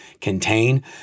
contain